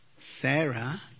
Sarah